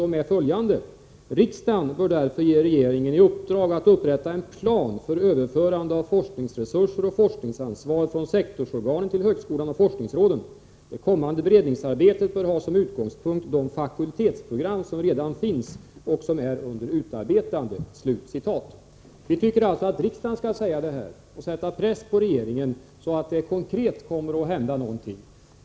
De lyder: ”Riksdagen bör därför ge regeringen i uppdrag att upprätta en plan för överförande av forskningsresurser och forskningsansvar från sektorsorganen till högskolan och forskningsråden. Det kommande beredningsarbetet bör ha som utgångspunkt de fakultetsprogram som redan finns och som är under utarbetande.” Vi tycker alltså att riksdagen skall säga det här och sätta press på regeringen, så att det konkret kommer att hända någonting.